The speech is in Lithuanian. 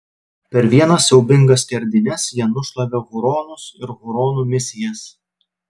per vienas siaubingas skerdynes jie nušlavė huronus ir huronų misijas